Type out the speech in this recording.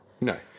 No